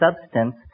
substance